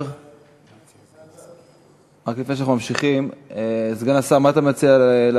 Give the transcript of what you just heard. רק לפני שאנחנו ממשיכים, סגן השר, מה אתה מציע?